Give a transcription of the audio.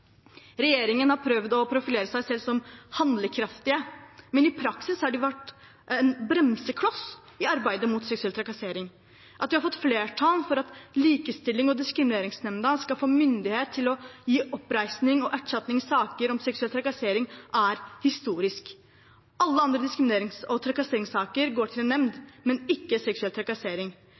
Regjeringen har prøvd å profilere seg selv som handlekraftig, men i praksis har den vært en bremsekloss i arbeidet mot seksuell trakassering. At vi har fått flertall for at Likestillings- og diskrimineringsnemnda skal få myndighet til å gi oppreisning og erstatning i saker om seksuell trakassering, er historisk. Alle andre diskriminerings- og trakasseringssaker går til en nemnd, men ikke seksuell trakassering.